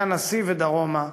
מהנשיא ודרומה,